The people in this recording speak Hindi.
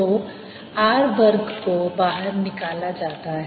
तो r वर्ग को बाहर निकाला जाता है